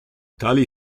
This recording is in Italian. tali